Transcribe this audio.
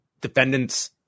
defendant's